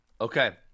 Okay